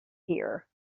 here